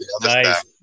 nice